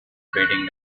trading